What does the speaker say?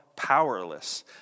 powerless